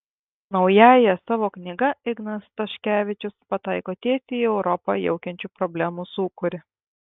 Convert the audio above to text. naująja savo knyga ignas staškevičius pataiko tiesiai į europą jaukiančių problemų sūkurį